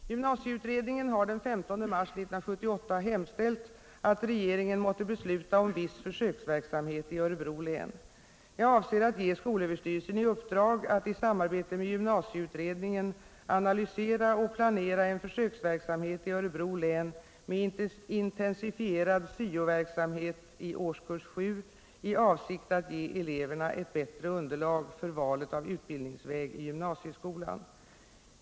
Herr talman! Helge Hagberg har frågat mig när regeringen ämnar fatta beslut angående försöksverksamhet med betygsfri intagning till gymnasieskolan i Örebro län. Gymnasieutredningen har den 15 mars 1978 hemställt att regeringen måtte besluta om viss försöksverksamhet i Örebro län. Jag avser att ge skolöverstyrelsen i uppdrag att i samarbete med gymnasieutredningen analysera och planera en försöksverksamhet i Örebro län med intensifierad SYO verksamhet i årskurs 7 i avsikt att ge eleverna ett bättre underlag för valet av utbildningsväg i gymnasieskolan.